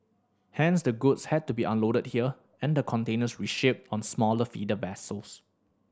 hence the goods had to be unloaded here and the containers reshipped on smaller feeder vessels